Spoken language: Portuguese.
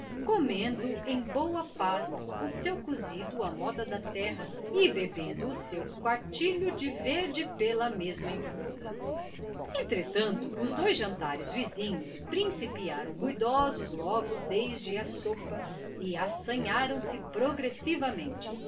comendo em boa paz o seu cozido à moda da terra e bebendo o seu quartilho de verde pela mesma infusa entretanto os dois jantares vizinhos principiaram ruidosos logo desde a sopa e assanharam se progressivamente